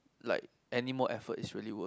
like anymore effort is really worth